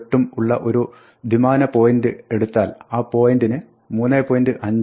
8 ഉം ഉള്ള ഒരു two dimensional ദ്വിമാന point എടുത്താൽ ആ point ന് 3